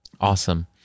Awesome